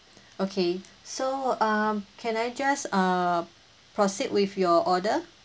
okay so um can I just uh proceed with your order